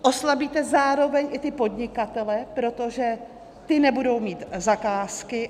Oslabíte zároveň i ty podnikatele, protože ti nebudou mít zakázky.